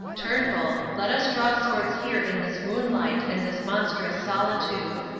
turnbull, let us draw swords here in this moonlight and this monstrous solitude.